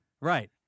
Right